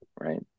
right